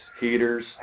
heaters